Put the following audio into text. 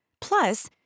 Plus